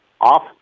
off